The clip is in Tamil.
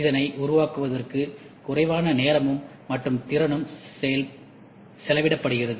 இதனை உருவாக்குவதற்கு குறைவான நேரமும் மற்றும் திறனும் செலவிடப்படுகிறது